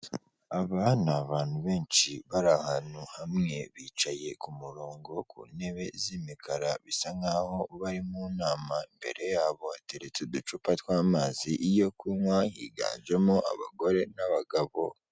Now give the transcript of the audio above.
Aba ni abantu benshi bari ahantu hamwe, bicaye ku murongo ku ntebe z'imikara bisa nkaho bari mu nama, imbere yabo hateretse uducupa tw'amazi yo kunywa, higanjemo abagore n'abagabo.